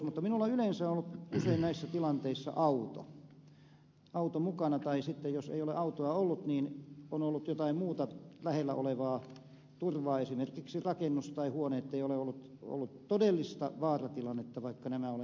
mutta minulla yleensä usein on ollut näissä tilanteissa auto mukana tai sitten jos ei ole autoa ollut niin on ollut jotain muuta lähellä olevaa turvaa esimerkiksi rakennus tai huone ettei ole ollut todellista vaaratilannetta vaikka nämä olen nähnyt